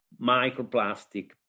microplastic